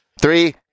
Three